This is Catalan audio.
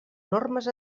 normes